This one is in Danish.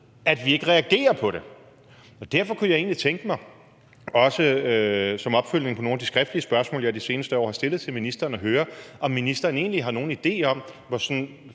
der ikke reageret på det. Derfor kunne jeg egentlig godt tænke mig, også som opfølgning på nogle af de skriftlige spørgsmål, jeg det seneste år har er stillet til ministeren, at høre, om ministeren egentlig har nogen idé om, hvor mange